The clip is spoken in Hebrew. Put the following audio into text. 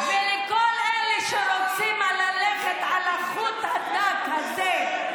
ולכל אלה שרוצים ללכת על החוט הדק הזה,